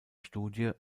studie